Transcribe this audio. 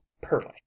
pearly